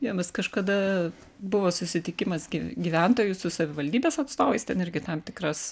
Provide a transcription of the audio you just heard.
jo mes kažkada buvo susitikimas gyventojų su savivaldybės atstovais ten irgi tam tikras